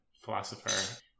philosopher